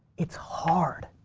it's hard.